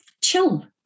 chill